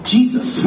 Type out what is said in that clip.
Jesus